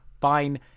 fine